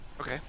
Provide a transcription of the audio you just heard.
Okay